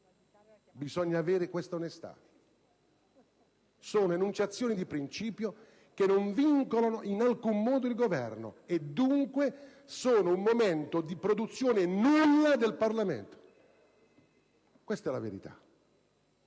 Bisogna avere questa onestà. Sono enunciazioni di principio che non vincolano in alcun modo il Governo e dunque sono un momento di produzione nulla del Parlamento. Questa è la verità.